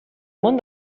món